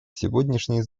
сегодняшнее